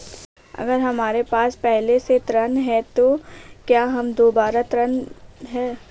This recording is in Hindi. अगर हमारे पास पहले से ऋण है तो क्या हम दोबारा ऋण हैं?